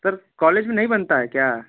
sir college में नहीं बनता है क्या